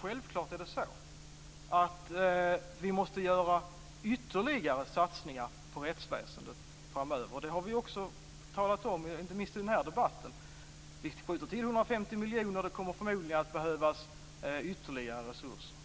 Fru talman! Självklart måste vi göra ytterligare satsningar på rättsväsendet framöver. Det har vi också talat om, inte minst i denna debatt. Vi skjuter till 150 miljoner kronor, och det kommer förmodligen att behövas ytterligare resurser.